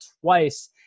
twice